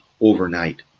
overnight